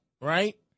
right